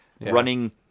running